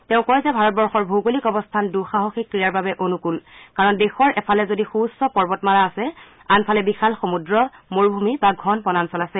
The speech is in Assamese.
তেওঁ কয় যে ভাৰতবৰ্ষৰ ভৌগলিক অৱস্থান দুঃসাহিক ক্ৰীড়াৰ বাবে অনুকূল কাৰণ দেশৰ এফালে যদি সু উচ্চ পৰ্বতমালা আছে আনফালে বিশাল সমূদ্ৰ মৰুভূমি বা ঘন বনাঞ্চল আছে